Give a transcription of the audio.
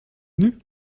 venu